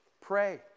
Pray